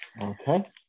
Okay